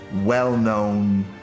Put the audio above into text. well-known